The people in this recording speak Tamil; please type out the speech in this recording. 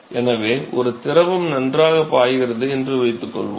எனவே ஒரு திரவம் நன்றாகப் பாய்கிறது என்று வைத்துக்கொள்வோம்